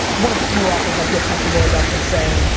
one of the few authors i feel comfortable enough in saying,